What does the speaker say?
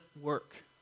work